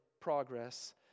progress